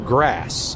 grass